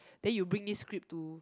then you bring this script to